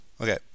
Okay